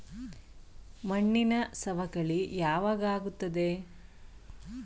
ಮಣ್ಣಿನ ಸವಕಳಿ ಯಾವಾಗ ಆಗುತ್ತದೆ?